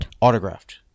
Autographed